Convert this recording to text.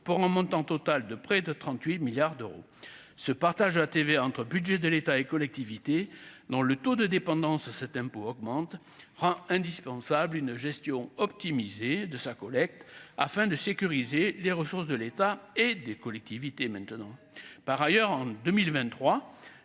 pour un montant total de près de 38 milliards d'euros, ce partage de la TVA entre budget de l'État et collectivités dans le taux de dépendance à cet impôt augmente rend indispensable une gestion optimisée de sa collecte afin de sécuriser les ressources de l'État et des collectivités, maintenant, par ailleurs, en 2023,